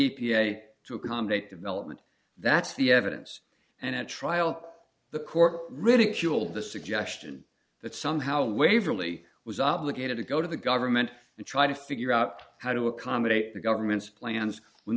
a to accommodate development that's the evidence and at trial the court ridiculed the suggestion that somehow waverley was obligated to go to the government and try to figure out how to accommodate the government's plans when